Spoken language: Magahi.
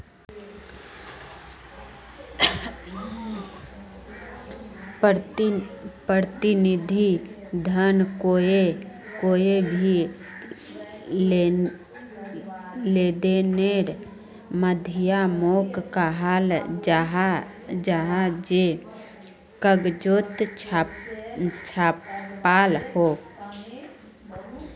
प्रतिनिधि धन कोए भी लेंदेनेर माध्यामोक कहाल जाहा जे कगजोत छापाल हो